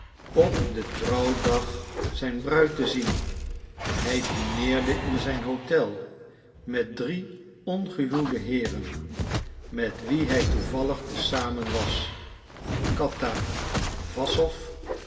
op den trouwdag zijn bruid te zien hij dineerde in zijn hotel met drie ongehuwde heeren met wie hij toevallig te zamen was kattawassow